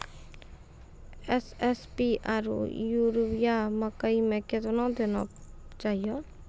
SSP आरु urea मकई मे कितना देना चाहिए?